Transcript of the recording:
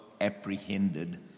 apprehended